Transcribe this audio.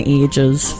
ages